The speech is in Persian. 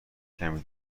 کمی